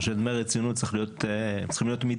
דמי רצינות צריכים להיות מידתיים,